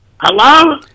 Hello